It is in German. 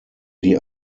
die